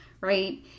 right